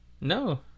No